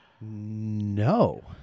No